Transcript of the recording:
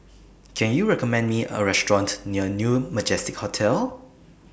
Can YOU recommend Me A Restaurant near New Majestic Hotel